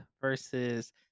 versus